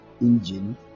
engine